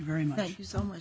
very much so much